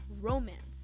romance